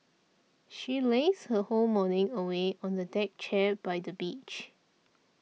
she lazed her whole morning away on a deck chair by the beach